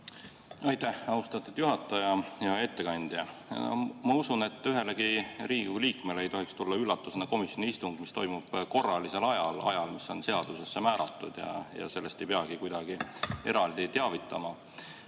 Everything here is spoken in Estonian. Aitäh, austatud juhataja! Hea ettekandja! Ma usun, et ühelegi Riigikogu liikmele ei tohiks tulla üllatusena komisjoni istung, mis toimub korralisel ajal, ajal, mis on seaduses määratud. Sellest ei peagi kuidagi eraldi teavitama.